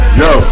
yo